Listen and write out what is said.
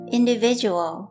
individual